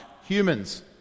humans